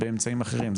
באמצעים אחרים.